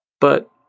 But-